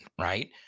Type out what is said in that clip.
right